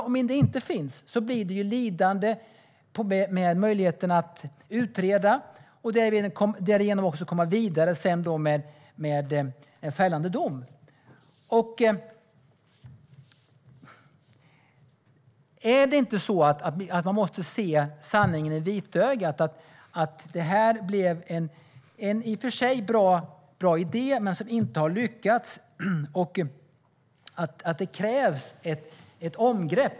Om det inte finns är det möjligheten att utreda och därigenom också att komma vidare till fällande dom som blir lidande. Måste man inte se sanningen i vitögat, att det här i och för sig var en bra idé men att den inte har blivit lyckad och att det krävs ett omtag?